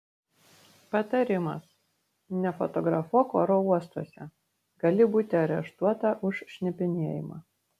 patarimas nefotografuok oro uostuose gali būti areštuota už šnipinėjimą